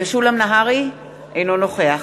אינו נוכח